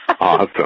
Awesome